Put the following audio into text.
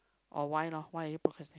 or why lor why are you procrastinate